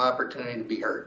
opportunity to be urt